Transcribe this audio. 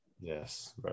Yes